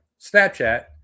Snapchat